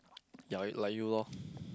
ya like you lor